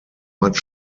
much